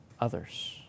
Others